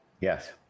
yes